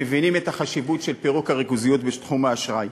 מבינים את החשיבות של פירוק הריכוזיות בתחום האשראי.